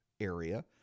area